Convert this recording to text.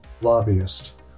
lobbyist